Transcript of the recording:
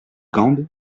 gand